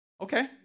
Okay